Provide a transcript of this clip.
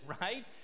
right